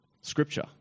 Scripture